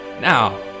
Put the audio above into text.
Now